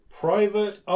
private